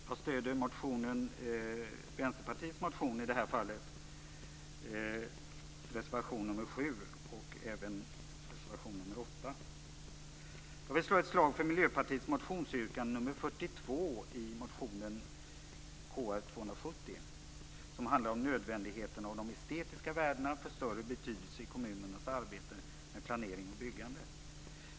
Jag stöder Vänsterpartiets motion i det här fallet, reservationerna nr 7 och 8. Jag vill slå ett slag för Miljöpartiets motionsyrkande nr 42 i motionen Kr270 som handlar om nödvändigheten av att de estetiska värdena får större betydelse i kommunernas arbete med planering och byggande.